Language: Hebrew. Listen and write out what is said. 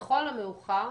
לכל המאוחר